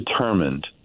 determined